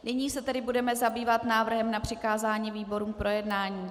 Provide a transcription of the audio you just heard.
Nyní se tedy budeme zabývat návrhem na přikázání výborům k projednání.